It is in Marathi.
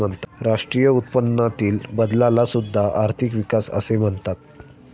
राष्ट्रीय उत्पन्नातील बदलाला सुद्धा आर्थिक विकास असे म्हणतात